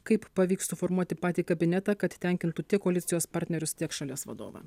kaip pavyks suformuoti patį kabinetą kad tenkintų tiek koalicijos partnerius tiek šalies vadovą